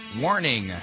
Warning